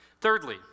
Thirdly